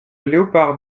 léopard